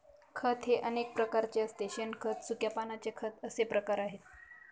खत हे अनेक प्रकारचे असते शेणखत, सुक्या पानांचे खत असे प्रकार आहेत